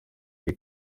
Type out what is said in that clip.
iyi